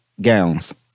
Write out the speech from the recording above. gowns